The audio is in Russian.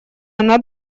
она